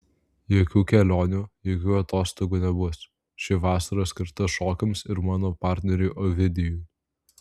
jokių kelionių jokių atostogų nebus ši vasara skirta šokiams ir mano partneriui ovidijui